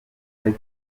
cyane